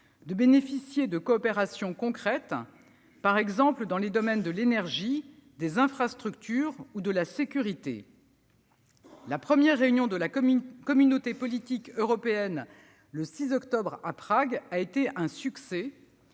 de bénéficier de coopérations concrètes, par exemple dans les domaines de l'énergie, des infrastructures ou de la sécurité. La première réunion de la Communauté politique européenne, le 6 octobre à Prague, a été un succès.